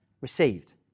received